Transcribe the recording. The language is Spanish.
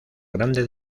grande